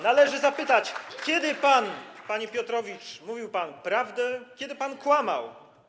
Należy zapytać, kiedy pan, panie Piotrowicz, mówił prawdę, a kiedy pan kłamał.